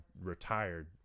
retired